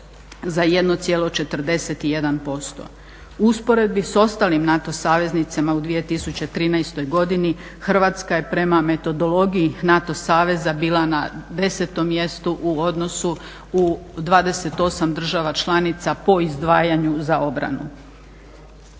za 1,41%. U usporedbi s ostalim NATO saveznicima u 2013. godini Hrvatska je prema metodologiji NATO saveza bila na 10. mjestu u odnosu u 28 država članica po izdvajanju za obranu.